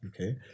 Okay